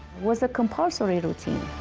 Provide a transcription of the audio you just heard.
was a compulsory routine.